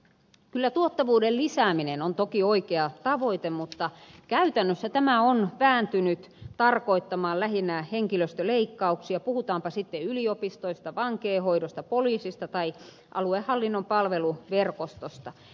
kyllä tuottavuuden lisääminen on toki oikea tavoite mutta käytännössä tämä on vääntynyt tarkoittamaan lähinnä henkilöstöleikkauksia puhutaanpa sitten yliopistoista vankeinhoidosta poliisista tai aluehallinnon palveluverkostosta